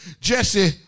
Jesse